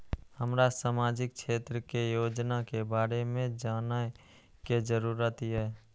हमरा सामाजिक क्षेत्र के योजना के बारे में जानय के जरुरत ये?